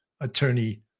attorney